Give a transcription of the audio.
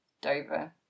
Dover